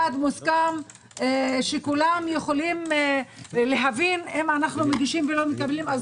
מוסכם שכולם יכולים להבין אם אנחנו מגישים ולא מקבלים אז